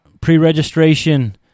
Pre-registration